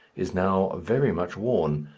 is now very much worn,